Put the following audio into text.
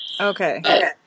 Okay